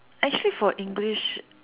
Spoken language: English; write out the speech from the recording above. actually for English